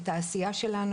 את העשייה שלנו,